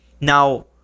Now